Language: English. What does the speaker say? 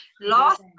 Last